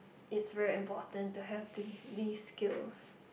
it's very important to have the these skills